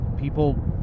people